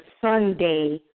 Sunday